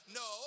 no